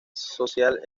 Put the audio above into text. social